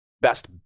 best